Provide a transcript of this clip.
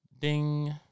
Ding